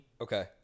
okay